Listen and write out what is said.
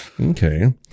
Okay